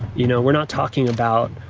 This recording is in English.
you know, we're not talking about